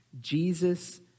Jesus